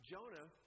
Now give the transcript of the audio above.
Jonah